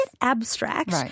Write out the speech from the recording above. abstract